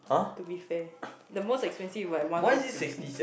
to be fair the most expensive like one fifty